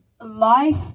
Life